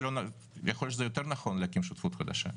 יכול להיות שזה יותר נכון להקים שותפות חדשה.